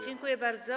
Dziękuję bardzo.